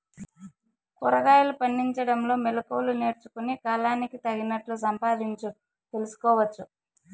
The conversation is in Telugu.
కూరగాయలు పండించడంలో మెళకువలు నేర్చుకుని, కాలానికి తగినట్లు సంపాదించు తెలుసుకోవచ్చు